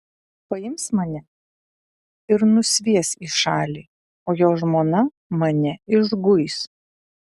paims mane ir nusvies į šalį o jo žmona mane išguis